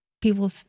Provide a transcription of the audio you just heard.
people